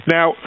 Now